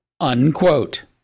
Unquote